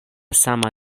sama